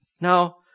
Now